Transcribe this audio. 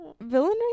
villain